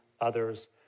others